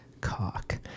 cock